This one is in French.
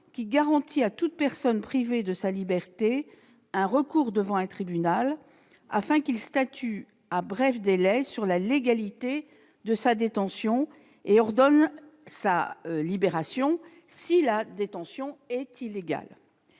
qui garantit à toute personne privée de sa liberté « le droit d'introduire un recours devant un tribunal, afin qu'il statue à bref délai sur la légalité de sa détention et ordonne sa libération si la détention est illégale.